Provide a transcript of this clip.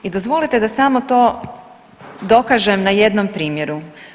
I dozvolite da samo to dokažem na jednom primjeru.